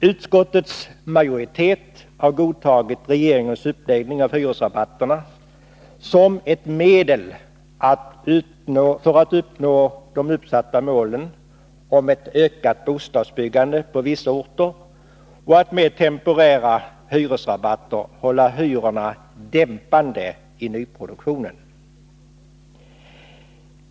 Utskottets majoritet har godtagit regeringens uppläggning av hyresrabatterna som ett medel för att nå de uppsatta målen om ökat bostadsbyggande på vissa orter och för att med temporära hyresrabatter hålla hyrorna dämpade i nyproduktionen.